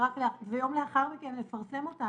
ויום לאחר מכן לפרסם אותן?